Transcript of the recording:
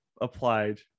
applied